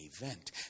event